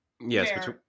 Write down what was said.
yes